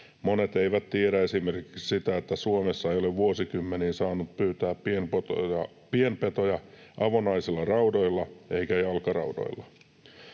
Monet eivät tiedä esimerkiksi sitä, että Suomessa ei ole vuosikymmeniin saanut pyytää pienpetoja avonaisilla raudoilla eikä jalkaraudoilla.